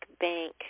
bank